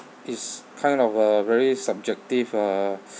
it's kind of a very subjective uh